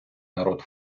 народ